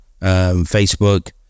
Facebook